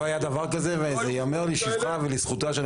לא היה דבר כזה וזה ייאמר לשבחה ולזכותה של